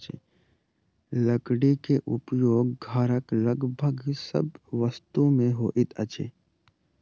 लकड़ी के उपयोग घरक लगभग सभ वस्तु में होइत अछि